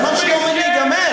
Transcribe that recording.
הזמן שלי עומד להיגמר.